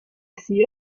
see